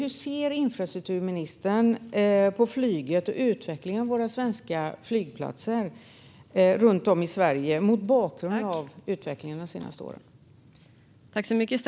Hur ser infrastrukturministern på flyget och utvecklingen av våra svenska flygplatser runt om i Sverige mot bakgrund av de senaste årens utveckling?